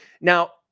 Now